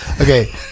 Okay